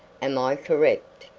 am i correct?